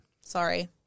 Sorry